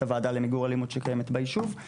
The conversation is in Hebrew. הוועדה למיגור אלימות שקיימת ביישוב,